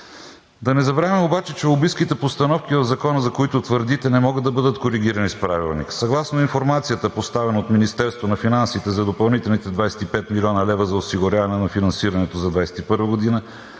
Да не забравим обаче, че лобистките постановки в Закона, за които твърдите, не могат да бъдат коригирани с Правилника. Съгласно информацията, предоставена от Министерството на финансите за допълнителните 25 млн. лв. за осигуряване на финансирането за 2021 г.,